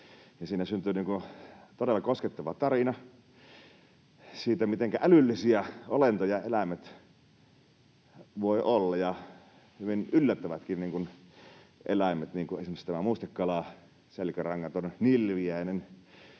Syntyi todella koskettava tarina siitä, mitenkä älyllisiä olentoja eläimet voivat olla ja hyvin yllättävätkin eläimet — niin kuin esimerkiksi tämä mustekala, selkärangaton nilviäinen,